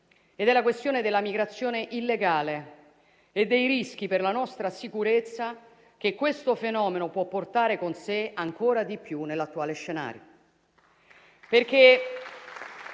È la questione della migrazione illegale e dei rischi per la nostra sicurezza che questo fenomeno può portare con sé, ancora di più nell'attuale scenario.